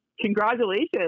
congratulations